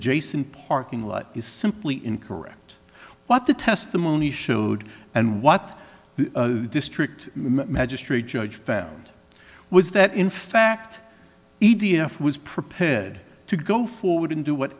adjacent parking lot is simply incorrect what the testimony showed and what the district magistrate judge found was that in fact e d f was prepared to go forward and do what